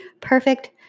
perfect